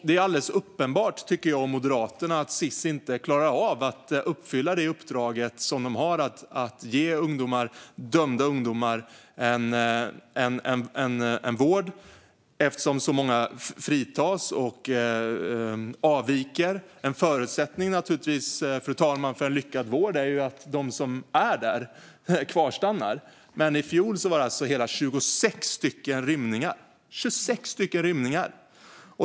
Det är alldeles uppenbart, tycker jag och Moderaterna, att Sis inte klarar av att uppfylla det uppdrag de har att ge dömda ungdomar en vård eftersom så många fritas och avviker. Fru talman! En förutsättning för en lyckad vård är naturligtvis att de som är där kvarstannar. I fjol var det hela 26 rymningar.